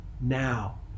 now